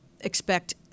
expect